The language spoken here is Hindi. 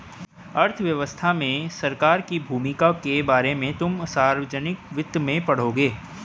अर्थव्यवस्था में सरकार की भूमिका के बारे में तुम सार्वजनिक वित्त में पढ़ोगे